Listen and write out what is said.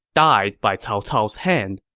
died by cao cao's hand.